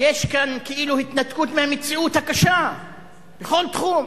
יש כאן כאילו התנתקות מהמציאות הקשה בכל תחום.